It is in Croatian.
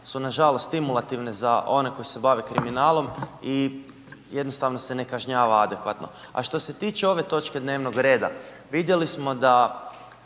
su nažalost stimulativne za one koji se bave kriminalom i jednostavno se ne kažnjava adekvatno. A što se tiče ove točke dnevnog reda vidjeli smo da